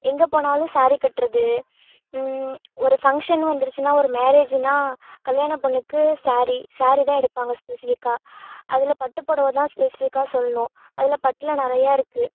எங்கே போனாலும் ஸாரி கட்டுறது ஒரு ஃபங்க்ஷன் வந்துருச்சுன்னால் ஒரு மேரேஜுனால் கல்யாண பொண்ணுக்கு ஸாரி ஸாரி தான் எடுப்பாங்க ஸ்பெசிஃபிக்காக அதில் பட்டுப் பொடவை தான் ஸ்பெசிஃபிக்காக சொல்லணும் அதில் பட்டில் நிறையா இருக்குது